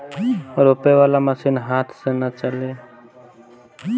रोपे वाला मशीन हाथ से ना चली